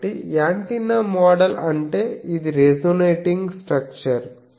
కాబట్టి antenna model అంటే ఇది రెసోనేటింగ్ స్ట్రక్చర్